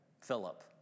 Philip